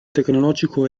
tecnologico